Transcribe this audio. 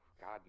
god